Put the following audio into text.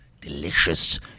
Delicious